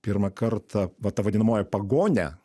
pirmą kartą va ta vadinamoji pagonė